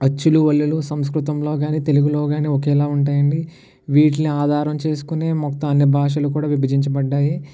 అచ్చులు హల్లులు సంస్కృతంలో కానీ తెలుగులో కానీ ఒకేలా ఉంటాయి అండి వీటిలిని ఆధారం చేసుకునే మొత్తం అన్ని భాషలు కూడా విభజించబడ్డాయి